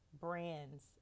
brands